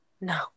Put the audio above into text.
no